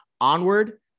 Onward